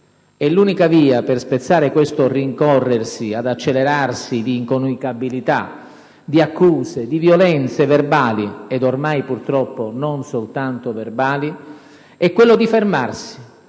E l'unica via per spezzare questo rincorrersi ed accelerarsi di incomunicabilità, di accuse, di violenze verbali (e ormai purtroppo non soltanto verbali) è quella di fermarsi,